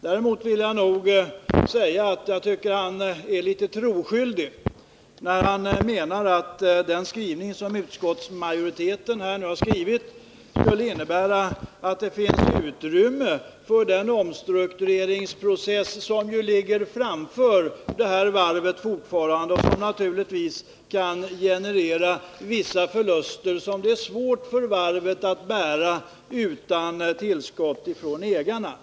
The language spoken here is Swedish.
Däremot vill jag nog säga att jag tycker han är litet troskyldig när han menar att den skrivning som utskottsmajoriteten nu gjort skulle innebära att det finns utrymme för den omstruktureringsprocess som ju fortfarande ligger framför Finnboda Varf och som naturligtvis kan generera vissa förluster som det är svårt för varvet att bära utan tillskott ifrån ägarna.